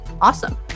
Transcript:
Awesome